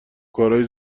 کارای